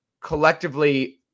collectively